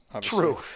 True